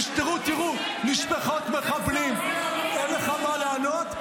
"תראו, תראו, משפחות מחבלים"; אין לך מה לענות?